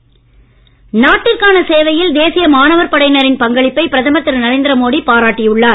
Modi NCC நாட்டிற்கான சேவையில் தேசிய மாணவர் படையினரின் பங்களிப்பை பிரதமர் திரு நரேந்திர மோடி பாராட்டி உள்ளார்